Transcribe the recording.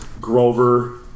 Grover